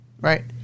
Right